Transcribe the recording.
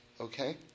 Okay